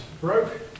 broke